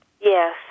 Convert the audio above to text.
Yes